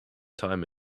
time